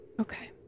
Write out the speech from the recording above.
okay